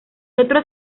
otro